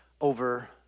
over